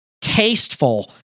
tasteful